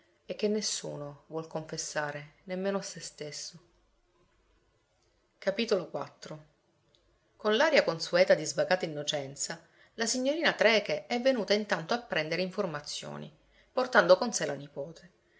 e che nessuno vuol confessare nemmeno a se stesso con l'aria consueta di svagata innocenza la signorina trecke è venuta intanto a prendere informazioni portando con sé la nipote